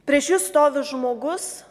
prieš jus stovi žmogus